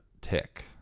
tick